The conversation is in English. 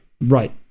Right